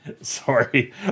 Sorry